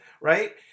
Right